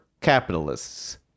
capitalists